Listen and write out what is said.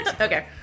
okay